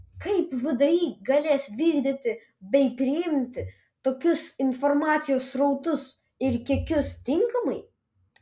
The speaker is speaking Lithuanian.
kaip vdi galės vykdyti bei priimti tokius informacijos srautus ir kiekius tinkamai